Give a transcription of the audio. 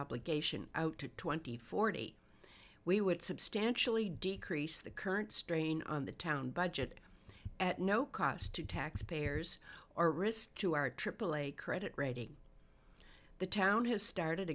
obligation out to twenty forty we would substantially decrease the current strain on the town budget at no cost to taxpayers or risk to our aaa credit rating the town has started